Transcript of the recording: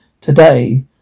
today